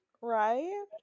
right